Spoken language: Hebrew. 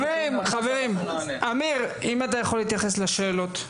האם אתה יכול להתייחס לשאלות?